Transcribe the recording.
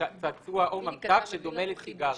צעצוע או ממתק שדומה לסיגריה.